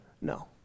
no